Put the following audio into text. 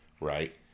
Right